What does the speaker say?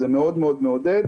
זה מאוד מעודד.